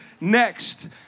next